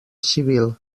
civil